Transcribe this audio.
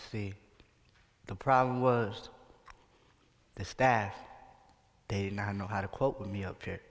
c the problem was the staff they now know how to cope with me up here